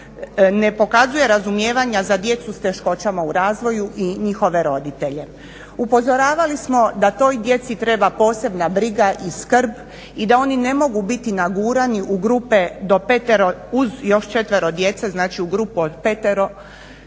ne pokazuje razumijevanja za djecu s teškoćama u razvoju i njihove roditelje. Upozoravali smo da toj djeci treba posebna briga i skrb i da oni ne mogu biti nagurani u grupe do petero uz još četvero djece. Znači, u grupu od petero.